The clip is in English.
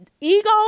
ego